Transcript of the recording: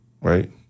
right